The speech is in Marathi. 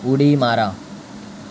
उडी मारा